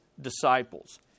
disciples